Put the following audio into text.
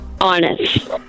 Honest